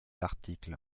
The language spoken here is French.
l’article